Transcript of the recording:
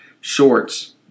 shorts